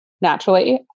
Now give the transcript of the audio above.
naturally